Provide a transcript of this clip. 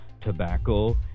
tobacco